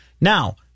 Now